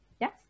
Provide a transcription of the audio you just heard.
Yes